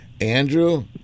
Andrew